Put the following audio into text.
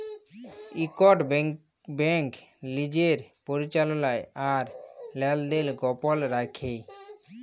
ইকট ব্যাংক লিজের পরিচাললা আর লেলদেল গপল রাইখে